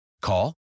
Call